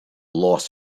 loss